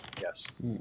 Yes